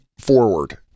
forward